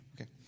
okay